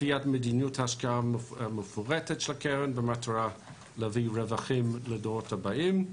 קביעת מדיניות השקעה מפורטת של הקרן במטרה להביא רווחים לדורות הבאים,